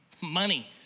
money